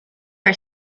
are